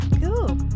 Cool